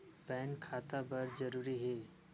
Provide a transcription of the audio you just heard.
Pan खाता बर जरूरी हे?